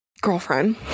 girlfriend